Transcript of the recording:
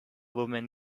woman